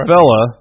Fella